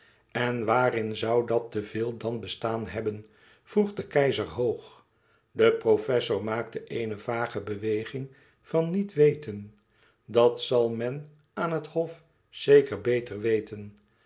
en waarin zoû dat te veel dan bestaan hebben vroeg de keizer hoog de professor maakte eene vage beweging van niet weten dat zal men aan het hof zeker beter weten